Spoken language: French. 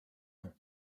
nom